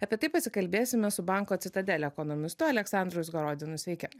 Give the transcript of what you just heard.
apie tai pasikalbėsime su banko citadele ekonomistu aleksandru izgorodinu sveiki